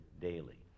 daily